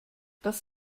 das